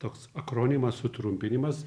toks akronimas sutrumpinimas